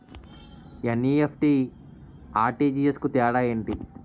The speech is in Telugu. ఎన్.ఈ.ఎఫ్.టి, ఆర్.టి.జి.ఎస్ కు తేడా ఏంటి?